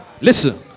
Listen